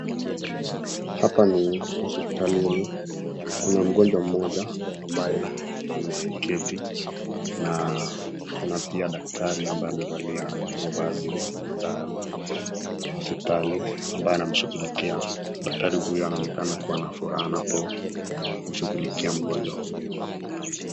Hapa ni hospitalini kuna mgonjwa mmoja ambaye ameketi na kuna pia daktari ambaye amevalia mavazi za hopsitali ambaye anamshughulikia. Daktari huyu anaonekana kuwa na furaha anapomshughulikia mgonjwa huyu.